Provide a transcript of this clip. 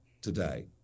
today